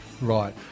right